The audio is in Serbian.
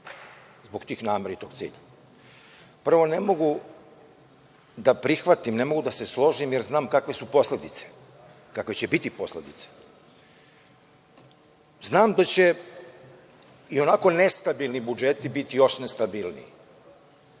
zbog tih namera i tog cilja. Prvo, ne mogu da prihvatim, ne mogu da se složim, jer znam kakve su posledice, kakve će biti posledice. Znam da će i onako nestabilni budžeti biti još nestabilniji